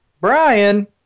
Brian